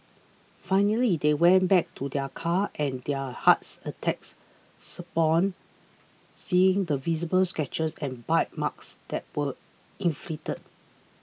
finally they went back to their car and their hearts upon seeing the visible scratches and bite marks that were inflicted